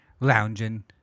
lounging